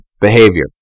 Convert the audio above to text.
behavior